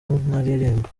nkaririmba